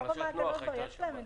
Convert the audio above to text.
לפחות צריך חצי שנה.